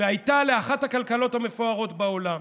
והייתה לאחת הכלכלות המפוארות בעולם,